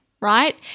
right